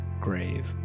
grave